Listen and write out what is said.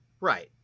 Right